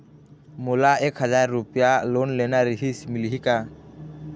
मोला एक हजार रुपया लोन लेना रीहिस, मिलही का?